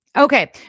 Okay